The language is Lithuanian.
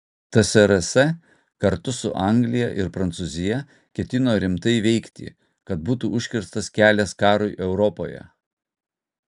tsrs kartu su anglija ir prancūzija ketino rimtai veikti kad būtų užkirstas kelias karui europoje